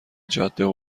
جاده